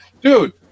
dude